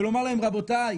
ולומר להם: רבותיי,